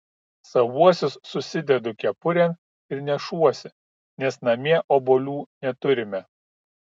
savuosius susidedu kepurėn ir nešuosi nes namie obuolių neturime